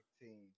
team